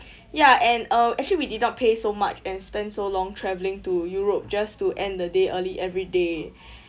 ya and um actually we did not pay so much and spend so long travelling to europe just to end the day early every day